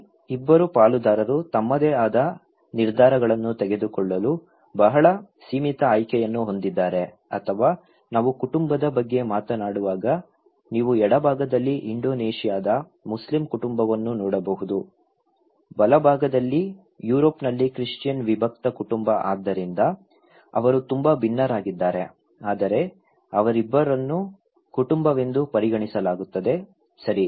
ಇಲ್ಲಿ ಇಬ್ಬರು ಪಾಲುದಾರರು ತಮ್ಮದೇ ಆದ ನಿರ್ಧಾರಗಳನ್ನು ತೆಗೆದುಕೊಳ್ಳಲು ಬಹಳ ಸೀಮಿತ ಆಯ್ಕೆಯನ್ನು ಹೊಂದಿದ್ದಾರೆ ಅಥವಾ ನಾವು ಕುಟುಂಬದ ಬಗ್ಗೆ ಮಾತನಾಡುವಾಗ ನೀವು ಎಡಭಾಗದಲ್ಲಿ ಇಂಡೋನೇಷಿಯಾದ ಮುಸ್ಲಿಂ ಕುಟುಂಬವನ್ನು ನೋಡಬಹುದು ಬಲಭಾಗದಲ್ಲಿ ಯುರೋಪ್ನಲ್ಲಿ ಕ್ರಿಶ್ಚಿಯನ್ ವಿಭಕ್ತ ಕುಟುಂಬ ಆದ್ದರಿಂದ ಅವರು ತುಂಬಾ ಭಿನ್ನರಾಗಿದ್ದಾರೆ ಆದರೆ ಅವರಿಬ್ಬರನ್ನೂ ಕುಟುಂಬವೆಂದು ಪರಿಗಣಿಸಲಾಗುತ್ತದೆ ಸರಿ